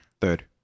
Third